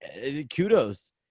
kudos